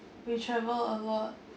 we travel a lot